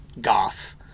goth